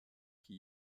qui